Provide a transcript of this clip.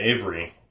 Avery